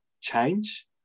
change